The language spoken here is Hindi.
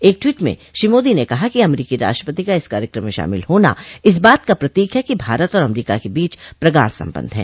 एक ट्वीट में श्री मोदी ने कहा कि अमरीकी राष्ट्रपति का इस कार्यक्रम में शामिल होना इस बात का प्रतीक है कि भारत और अमरीका के बीच प्रगाढ़ संबंध हैं